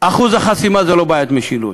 אחוז החסימה זה לא בעיית משילות.